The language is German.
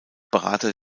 berater